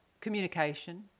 communication